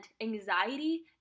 anxiety